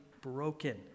broken